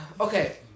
Okay